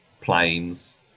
planes